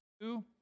two